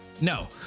no